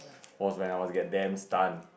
was when I was get damn stun